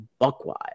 buckwild